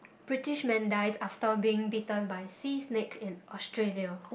British man dies after being bitten by sea snake in Australia